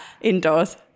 indoors